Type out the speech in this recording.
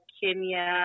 Kenya